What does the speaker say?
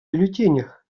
бюллетенях